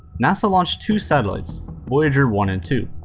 nasa launched two satellites voyager one and two,